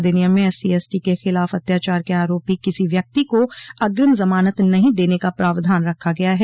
अधिनियम में एससीएसटी के खिलाफ अत्याचार के आरोपी किसी व्यक्ति को अग्रिम जमानत नहीं दने का प्रावधान रखा गया है